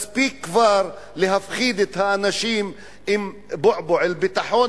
מספיק כבר להפחיד את האנשים עם "ביטחון",